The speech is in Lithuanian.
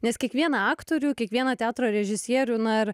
nes kiekvieną aktorių kiekvieną teatro režisierių na ir